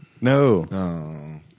No